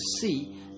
see